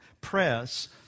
press